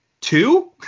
Two